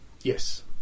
Yes